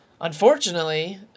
unfortunately